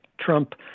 Trump